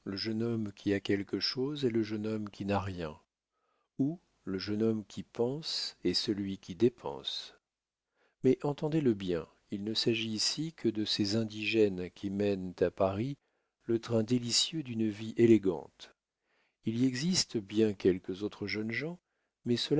jeune homme qui a quelque chose et le jeune homme qui n'a rien ou le jeune homme qui pense et celui qui dépense mais entendez le bien il ne s'agit ici que de ces indigènes qui mènent à paris le train délicieux d'une vie élégante il y existe bien quelques autres jeunes gens mais